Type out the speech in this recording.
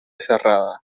cerrada